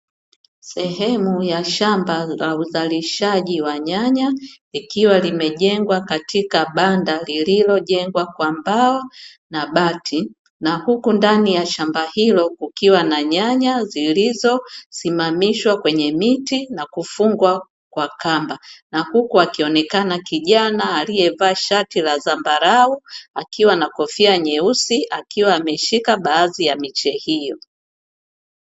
Sehemu la shamba la uzalishaji wa nyanya, likiwa limejengwa katika banda lililojengwa kwa mbao na bati na huku ndani ya shamba hilo kukiwa na nyanya zilizosimamishwa kwenye miti na kufungwa kwa kamba na huku akionekana kijana aliyevaa shati la zambarau akiwa na kofia nyeusi akiwa ameshika baadhi ya miche hiyo.